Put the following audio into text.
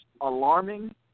alarming